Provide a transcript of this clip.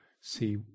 see